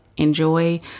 enjoy